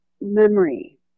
memory